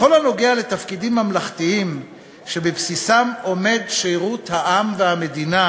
בכל הנוגע לתפקידים ממלכתיים שבבסיסם עומד שירות העם והמדינה,